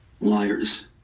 Liars